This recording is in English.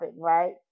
right